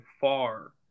far